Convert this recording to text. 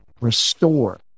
restore